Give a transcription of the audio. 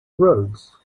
roads